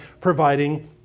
providing